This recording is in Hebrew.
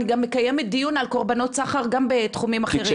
אני מקיימת דיון על קורבנות סחר גם בתחומים אחרים.